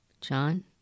John